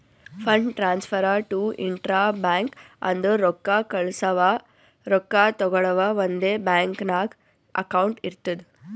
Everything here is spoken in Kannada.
fund transfer to intra bank ಅಂದುರ್ ರೊಕ್ಕಾ ಕಳ್ಸವಾ ರೊಕ್ಕಾ ತಗೊಳವ್ ಒಂದೇ ಬ್ಯಾಂಕ್ ನಾಗ್ ಅಕೌಂಟ್ ಇರ್ತುದ್